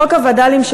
חוק הווד"לים,